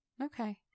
Okay